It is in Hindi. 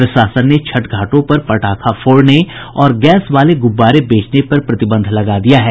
प्रशासन ने छठ घाटों पर पटाखा फोड़ने और गैस वाले गुब्बारे बेचने पर प्रतिबंध लगा दिया है